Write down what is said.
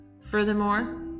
Furthermore